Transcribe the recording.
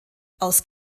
aus